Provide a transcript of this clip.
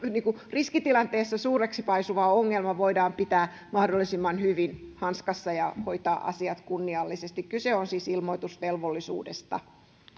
riskitilanteessa suureksi paisuva ongelma voidaan pitää mahdollisimman hyvin hanskassa ja hoitaa asiat kunniallisesti kyse on siis ilmoitusvelvollisuudesta